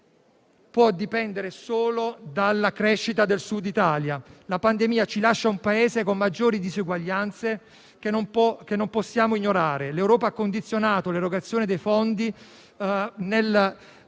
può dipendere solo dalla crescita del Sud Italia. La pandemia ci lascia un Paese con maggiori disuguaglianze, che non possiamo ignorare. L'Europa ha condizionato l'erogazione dei fondi alla riduzione